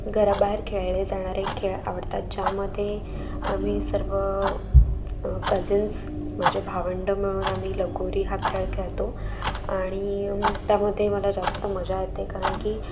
घराबाहेर खेळले जाणारे खेळ आवडतात ज्यामध्ये आम्ही सर्व कझिन्स माझे भावंड मिळून आम्ही लगोरी हा खेळ खेळतो आणि त्यामध्ये मला जास्त मजा येते कारण की